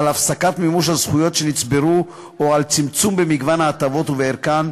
על הפסקת מימוש הזכויות שנצברו או על צמצום במגוון ההטבות ובערכן,